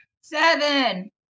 seven